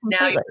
now